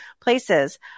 places